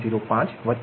05 j0